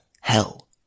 hell